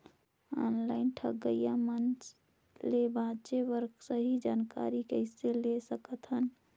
Online ठगईया मन ले बांचें बर सही जानकारी कइसे ले सकत हन?